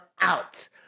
out